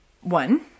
one